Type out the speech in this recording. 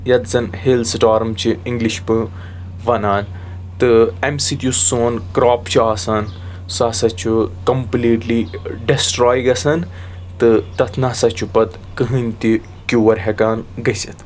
یتھ زن hailstorm چھ اِنٛگلِش پٲ ونان تہٕ اَمہِ سۭتۍ یُس سون کرٛاپ چھُ آسان سُہ ہَسا چھُ کمپُلیٖٹلی ڈیٚسٹرٛاے گَژھان تہٕ تتھ نَسا چھُ پَتہٕ کٕہٕنٛۍ تہِ کیٚور ہٮ۪کان گٔژھِتھ